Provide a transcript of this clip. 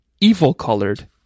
evil-colored